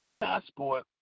passport